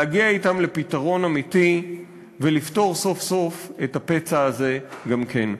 להגיע אתם לפתרון אמיתי ולפתור סוף-סוף את הפצע הזה גם כן.